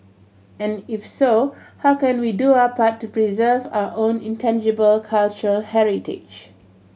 and if so how can we do our part to preserve our own intangible cultural heritage